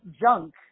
junk